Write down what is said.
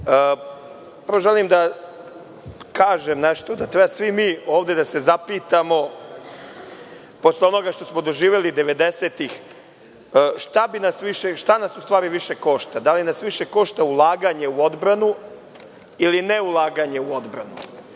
Prvo želim da kažem nešto, da treba svi mi ovde da se zapitamo posle onoga što smo doživeli 90-tih, šta nas u stvari više košta? Da li nas više košta ulaganje u odbranu ili ne ulaganje u odbranu?